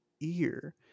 ear